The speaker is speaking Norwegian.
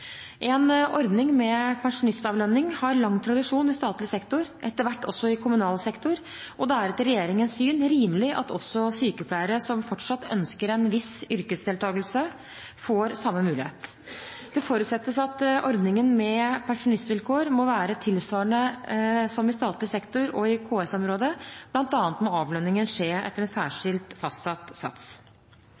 En ordning med pensjonistavlønning har lang tradisjon i statlig sektor, etter hvert også i kommunal sektor. Det er etter regjeringens syn rimelig at også sykepleiere som fortsatt ønsker en viss yrkesdeltakelse, får samme mulighet. Det forutsettes at ordningen med pensjonistvilkår må være tilsvarende den i statlig sektor og i KS-området. Blant annet må avlønningen skje etter en særskilt fastsatt sats.